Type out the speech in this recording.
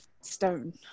stone